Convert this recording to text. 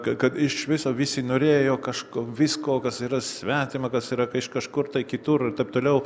ka kad iš viso visi norėjo kažko visko kas yra svetima kas yra ką iš kažkur kitur ir taip toliau